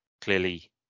Clearly